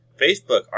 Facebook